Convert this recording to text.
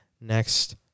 next